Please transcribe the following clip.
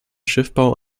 schiffbau